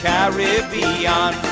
Caribbean